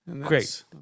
Great